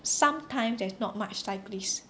sometimes there's not much cyclists